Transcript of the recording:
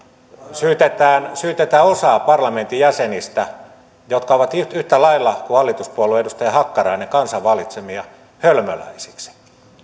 syytetään syytetään osaa parlamentin jäsenistä jotka ovat yhtä lailla kuin hallituspuolueen edustaja hakkarainen kansan valitsemia hölmöläisiksi minä